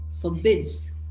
forbids